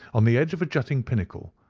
on the edge of a jutting pinnacle,